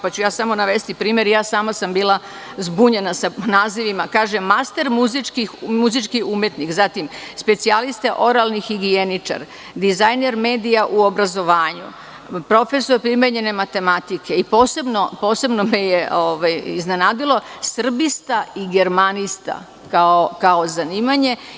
Navešću samo primer, ja i sama sam bila zbunjena sa nazivima – master muzički umetnik, specijaliste oralni higijeničar, dizajner medija u obrazovanju, profesor primenjene matematike i posebno me je iznenadilo – srbista i germanista, kao zanimanje.